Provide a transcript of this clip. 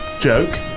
joke